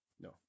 No